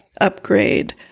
upgrade